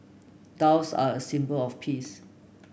doves are a symbol of peace